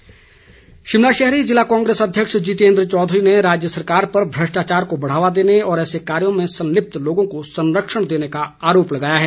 कांग्रेस शिमला शहरी जिला कांग्रेस अध्यक्ष जितेन्द्र चौधरी ने राज्य सरकार पर भ्रष्टाचार को बढ़ावा देने और ऐसे कार्यों में संलिप्त लोगों को संरक्षण देने का आरोप लगाया है